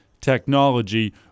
technology